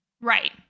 Right